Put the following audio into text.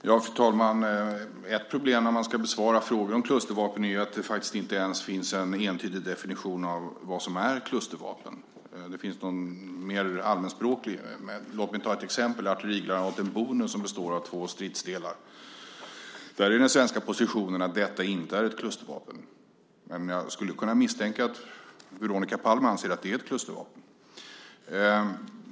Fru talman! Ett problem när man ska besvara frågor om klustervapen är ju att det faktiskt inte ens finns en entydig definition av vad som är klustervapen. Det finns något mer allmänspråkligt. Låt mig ta ett exempel: artillerigranaten Bonus som består av två stridsdelar. Där är den svenska positionen att detta inte är ett klustervapen. Men jag skulle kunna misstänka att Veronica Palm anser att det är ett klustervapen.